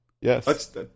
Yes